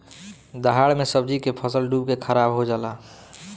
दहाड़ मे सब्जी के फसल डूब के खाराब हो जला